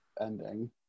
ending